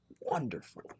Wonderful